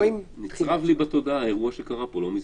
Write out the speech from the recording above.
נצרב לי בתודעה האירוע שקרה פה לא מזמן.